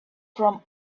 from